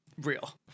real